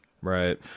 right